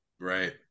Right